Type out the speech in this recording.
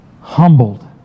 humbled